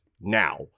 Now